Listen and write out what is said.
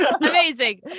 Amazing